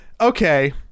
okay